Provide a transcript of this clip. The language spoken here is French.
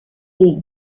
les